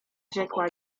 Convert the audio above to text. rzekła